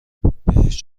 بهش